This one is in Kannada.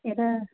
ಎದ